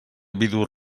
viudo